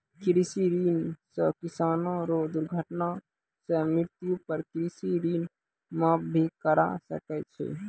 कृषि ऋण सह किसानो रो दुर्घटना सह मृत्यु पर कृषि ऋण माप भी करा सकै छै